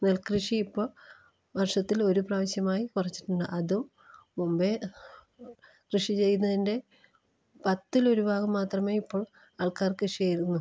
നെൽക്കൃഷി ഇപ്പോൾ വർഷത്തിൽ ഒരു പ്രാവശ്യമായി കുറച്ചിട്ടുണ്ട് അതും മുമ്പേ കൃഷി ചെയ്തതിൻ്റെ പത്തിലൊരു ഭാഗം മാത്രമേ ഇപ്പോൾ ആൾക്കാർ കൃഷി ചെയ്യുന്നു